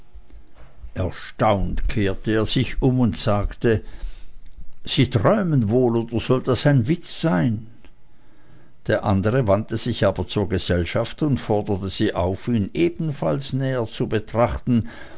erstaunt kehrte er sich um und sagte sie träumen wohl oder soll das ein witz sein der andere wandte sich aber zur gesellschaft und forderte sie auf ihn ebenfalls näher zu betrachten